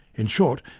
in short,